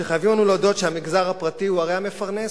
שחייבים אנו להודות שהמגזר הפרטי הרי הוא המפרנס,